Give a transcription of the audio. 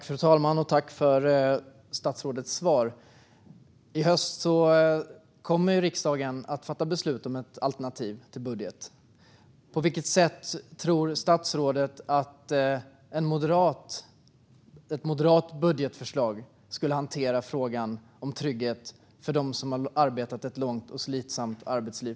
Fru talman! Jag tackar statsrådet för svaret. I höst kommer riksdagen att fatta beslut om ett alternativ till budget. På vilket sätt, tror statsrådet, skulle ett moderat budgetförslag hantera frågan om trygghet för dem som har haft ett långt och slitsamt arbetsliv?